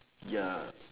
ya